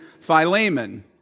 Philemon